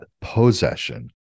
possession